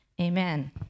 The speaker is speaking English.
Amen